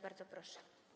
Bardzo proszę.